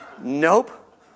Nope